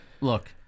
Look